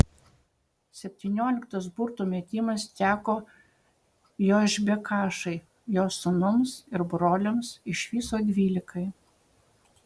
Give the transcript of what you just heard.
septynioliktas burtų metimas teko jošbekašai jo sūnums ir broliams iš viso dvylikai